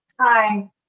hi